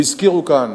והזכירו כאן,